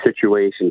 situation